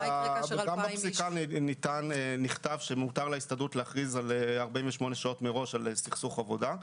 גם בפסיקה נכתב שמותר להסתדרות להכריז 48 שעות מראש על סכסוך עבודה.